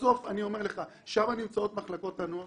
בסוף שם נמצאות מחלקות הנוער.